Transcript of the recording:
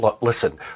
listen